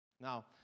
Now